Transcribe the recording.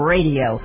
Radio